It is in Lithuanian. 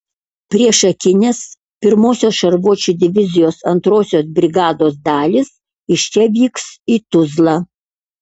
priešakinės pirmosios šarvuočių divizijos antrosios brigados dalys iš čia vyks į tuzlą